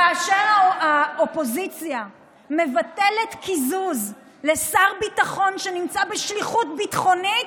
כאשר האופוזיציה מבטלת קיזוז לשר ביטחון שנמצא בשליחות ביטחונית,